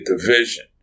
division